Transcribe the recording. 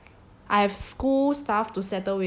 I have school stuff to settle with so like